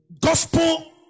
gospel